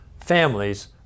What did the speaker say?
families